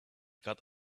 got